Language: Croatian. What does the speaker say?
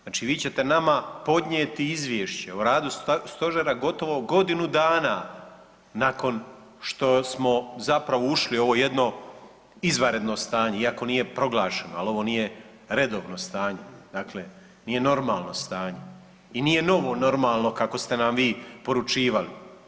Znači vi ćete nama podnijeti izvješće o radu stožera gotovo godinu dana nakon što smo zapravo ušli u ovo jedno izvanredno stanje iako nije proglašeno, ali ovo nije redovno stanje, dakle nije normalno stanje i nije novo normalno kako ste nam vi poručivali.